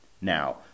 Now